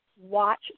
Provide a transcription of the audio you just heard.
watch